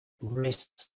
risk